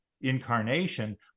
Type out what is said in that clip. incarnation